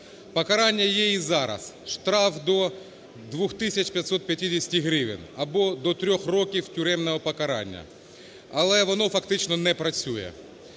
Покарання є і зараз – штраф до 2 тисяч 550 гривень або до 3-х років тюремного покарання. Але воно фактично не працює.